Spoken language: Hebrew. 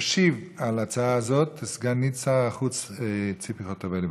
תשיב על ההצעה הזאת סגנית שר החוץ ציפי חוטובלי,